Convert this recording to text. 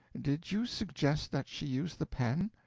did you suggest that she use the pen?